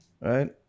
Right